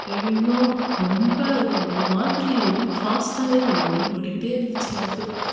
ஐயய்யோ ரொம்ப அது ஒரு மாதிரி ரொம்ப ஃபாஸ்ட்டாகவே ஓடு ஓடிக்கிட்டே இருந்துச்சு லைஃபு